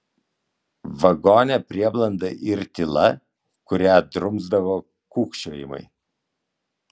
vagone prieblanda ir tyla kurią drumsdavo kūkčiojimai